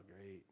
great